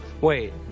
Wait